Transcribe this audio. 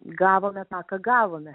gavome tą ką gavome